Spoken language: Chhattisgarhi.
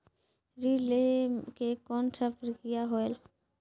ऋण लहे के कौन का प्रक्रिया होयल?